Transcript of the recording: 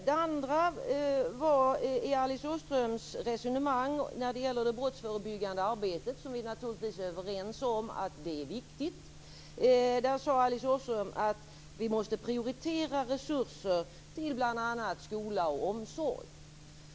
Det andra handlar om Alice Åströms resonemang om det brottsförebyggande arbetet, som vi naturligtvis är överens om vikten av. Alice Åström sade att vi måste prioritera resurser till bl.a. skola och omsorg.